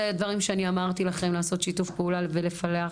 זה דברים שאני אמרתי לכם, לעשות שיתוף פעולה ולפלח